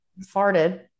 farted